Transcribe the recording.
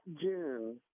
June